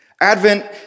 Advent